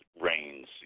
rains